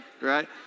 right